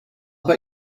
bet